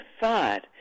thought